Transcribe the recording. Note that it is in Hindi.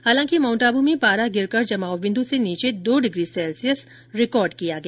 हालांकि माउंट आबू में पारा गिरकर जमाव बिन्दु से नीचे दो डिग्री सैल्सियस रिकॉर्ड किया गया